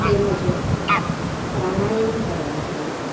તેમજ પ્રાણાયામ કરવા જોઈએ